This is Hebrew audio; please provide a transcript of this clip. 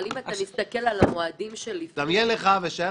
אבל אם אתה מסתכל על המועדים שלפני --- דמיין לך ושער